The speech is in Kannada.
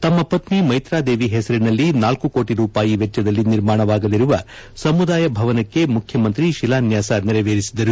ತಮ್ಮ ಪತ್ನಿ ಮೈತ್ರಾದೇವಿ ಹೆಸರಿನಲ್ಲಿ ನಾಲ್ಕು ಕೋಟಿ ರೂಪಾಯಿ ವೆಚ್ಚದಲ್ಲಿ ನಿರ್ಮಾಣವಾಗಲಿರುವ ಸಮುದಾಯ ಭವನಕ್ಕೆ ಮುಖ್ಯಮಂತ್ರಿ ಶಿಲಾನ್ಯಾಸ ನೆರವೇರಿಸಿದರು